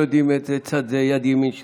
לא יודעים איזה צד זה יד ימין שלהם.